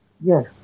yes